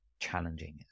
challenging